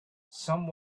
some